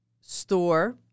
store